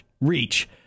reach